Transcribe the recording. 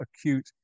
acute